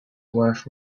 worth